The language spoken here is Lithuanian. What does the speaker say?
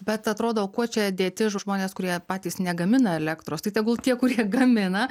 bet atrodo kuo čia dėti žmonės kurie patys negamina elektros tai tegul tie kurie gamina